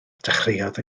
dechreuodd